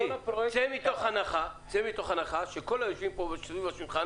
צא מתוך הנחה שכל היושבים סביב השולחן